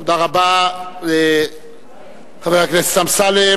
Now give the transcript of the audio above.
תודה רבה, חבר הכנסת אמסלם.